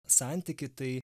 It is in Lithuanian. santykį tai